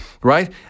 right